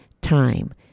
time